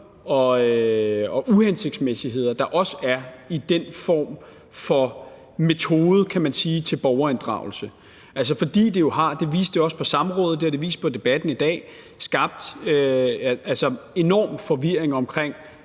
og uhensigtsmæssigheder, der også er i den form for metode til borgerinddragelse. For det har jo – det viste det også på samrådet, og det har det vist sig i debatten i dag – skabt enorm forvirring om,